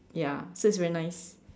ya so it's very nice